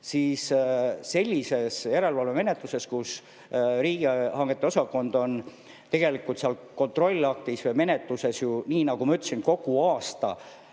sellises järelevalvemenetluses, kus riigihangete osakond on tegelikult seal kontrollaktis või menetluses, nii nagu ma ütlesin, kogu aasta